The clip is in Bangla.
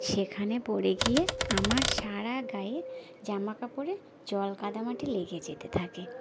সেখানে পড়ে গিয়ে আমার সারা গায়ে জামা কাপড়ে জলকাদামাটি লেগে যেতে থাকে